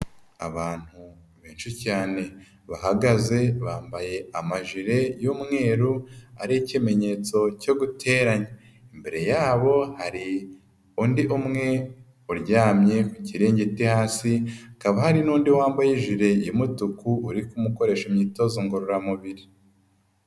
Abantu benshi cyane bahagaze bambaye amajire y'umweru ariho ikimenyetso cyo guteranya, imbere yabo hari undi umwe uryamye ku kiringiti hasi, hakaba hari n'undi wambaye ijire y'umutuku uri kumukoresha imyitozo ngororamubiri.